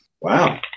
Wow